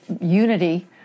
unity